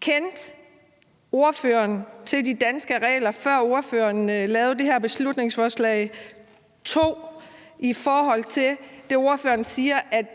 Kendte ordføreren til de danske regler, før ordføreren lavede det her beslutningsforslag? 2) I forhold til det, ordføreren siger om, at